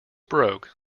broke